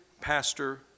pastor